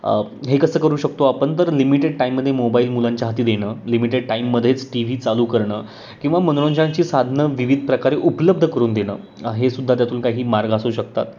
हे कसं करू शकतो आपण तर लिमिटेड टाईममध्ये मोबाईल मुलांच्या हाती देणं लिमिटेड टाईममध्येच टी व्ही चालू करणं किंवा मनोरंजनाची साधनं विविध प्रकारे उपलब्ध करून देणं हे सुद्धा त्यातून काही मार्ग असू शकतात